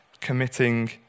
committing